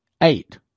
Eight